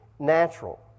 natural